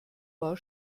war